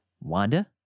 Wanda